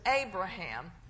Abraham